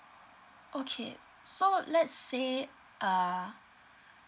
okay so let's say uh